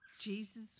Jesus